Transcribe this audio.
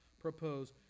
Propose